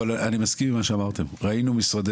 אבל אני מסכים עם מה שאמרתם: ראינו משרדי